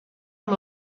amb